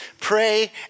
pray